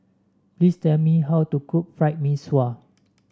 please tell me how to cook Fried Mee Sua